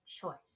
choice